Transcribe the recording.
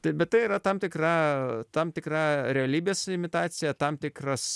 taip bet tai yra tam tikra tam tikra realybės imitacija tam tikras